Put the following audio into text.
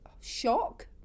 shock